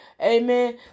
Amen